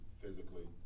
physically